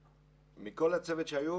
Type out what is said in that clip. מכל הצוות שהיה,